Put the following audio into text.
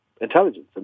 intelligence